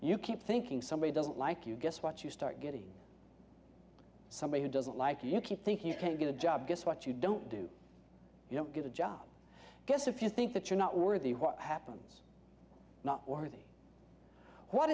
you keep thinking somebody doesn't like you guess what you start getting somebody who doesn't like you keep thinking you can't get a job guess what you don't do you don't get a job i guess if you think that you're not worthy what happens not worthy what